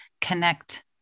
connect